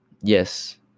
Yes